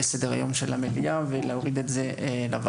לסדר היום במליאה ולהוריד את זה לוועדה: